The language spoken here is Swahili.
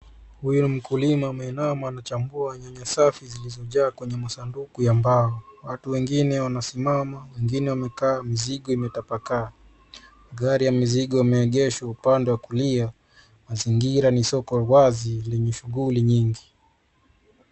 Huyu ni mkulima mwenye anachambua nyanya safi zilizojaa kwenye masanduku ya mbao. Watu wengine wanasimama, wengine wamekaa. Mzigo imetapakaa. Gari ya mizigo imeegeshwa upande wa kulia. Mazingira ni soko wazi lenye shughuli nyingi.